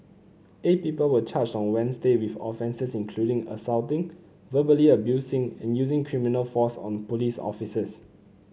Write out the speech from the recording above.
eight people were charged on Wednesday with offences including assaulting verbally abusing and using criminal force on police officers